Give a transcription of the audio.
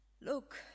Look